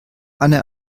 anne